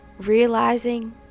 Realizing